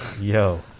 Yo